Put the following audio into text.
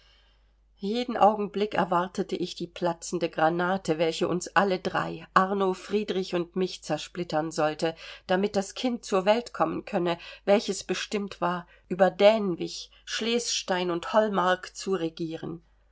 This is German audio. jeden augenblick erwartete ich die platzende granate welche uns alle drei arno friedrich und mich zersplittern sollte damit das kind zur welt kommen könne welches bestimmt war über dänewig schlesstein und holmark zu regieren